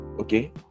Okay